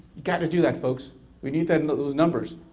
gotta do that folks we need and and those numbers,